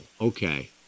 Okay